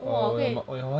!wah! okay